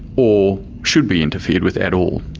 or should be interfered with at all.